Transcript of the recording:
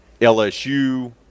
LSU